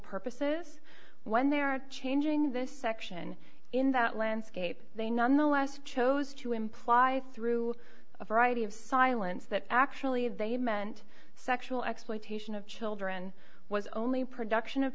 purposes when they are changing this section in that landscape they nonetheless chose to imply through a variety of silence that actually they meant sexual exploitation of children was only production of